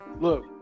look